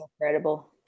incredible